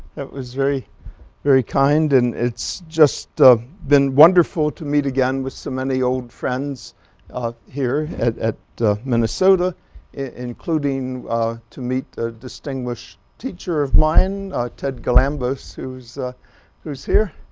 that was very very kind and it's just been wonderful to meet again with so many old friends here at at minnesota including to meet a distinguished teacher of mine ted galambos who's who's here.